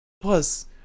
Plus